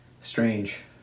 strange